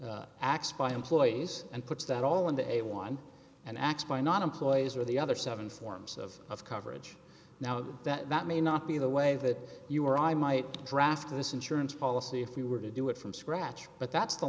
s acts by employees and puts that all into a one and x by not employees or the other seven forms of of coverage now that may not be the way that you or i might draft this insurance policy if we were to do it from scratch but that's the